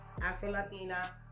Afro-Latina